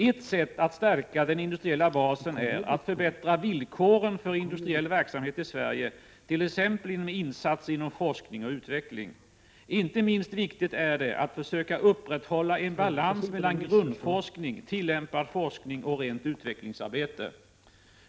Ett sätt att stärka den industriella basen är att förbättra villkoren för industriell verksamhet i Sverige, t.ex. genom insatser inom forskning och utveckling. Inte minst viktigt är det att försöka upprätthålla en balans mellan grundforskning, tillämpad forskning och rent utvecklingsarbete.